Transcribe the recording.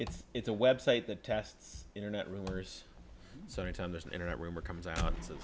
it's it's a website that tests internet rumors so anytime there's an internet rumor comes out